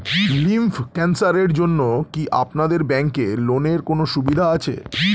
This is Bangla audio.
লিম্ফ ক্যানসারের জন্য কি আপনাদের ব্যঙ্কে লোনের কোনও সুবিধা আছে?